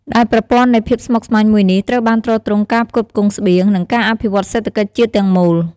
ដែលប្រព័ន្ធនៃភាពស្មុគស្មាញមួយនេះ ត្រូវបានទ្រទ្រង់ការផ្គត់ផ្គង់ស្បៀង និងការអភិវឌ្ឍសេដ្ឋកិច្ចជាតិទាំងមូល។